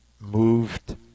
moved